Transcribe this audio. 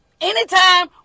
Anytime